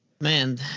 Man